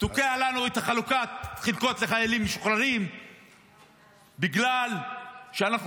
תוקע לנו את חלוקת החלקות לחיילים משוחררים בגלל שאנחנו